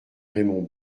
raymond